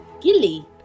Gilly